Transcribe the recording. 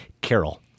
Carol